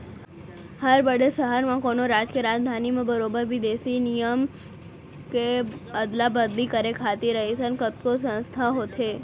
हर बड़े सहर म, कोनो राज के राजधानी म बरोबर बिदेसी बिनिमय के अदला बदली करे खातिर अइसन कतको संस्था होथे